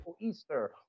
Easter